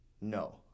No